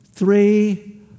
three